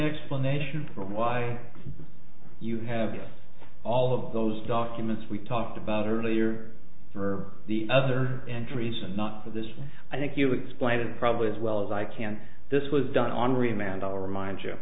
explanation for why you have all of those documents we talked about earlier for the other entries and not for this i think you explained it probably as well as i can this was done on remand or remind you